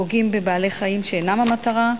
פוגעים בבעלי-חיים שאינם המטרה,